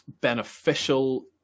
beneficial